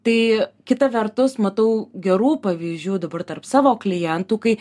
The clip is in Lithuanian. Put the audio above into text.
tai kita vertus matau gerų pavyzdžių dabar tarp savo klientų kai